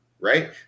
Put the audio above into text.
right